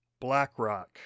BlackRock